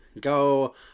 Go